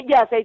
Yes